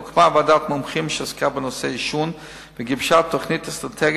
הוקמה ועדת מומחים שעסקה בנושא העישון וגיבשה תוכנית אסטרטגית